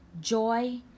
joy